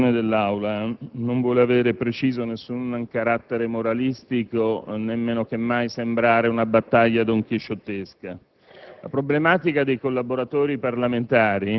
la problematica che pongo all'attenzione dell'Aula non vuole avere - lo preciso - un carattere moralistico, meno che mai sembrare una battaglia donchisciottesca.